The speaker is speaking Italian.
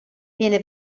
viene